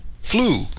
flu